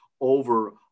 over